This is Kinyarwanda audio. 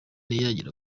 yagera